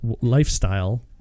lifestyle